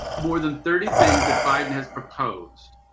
more than thirty things that biden has proposed,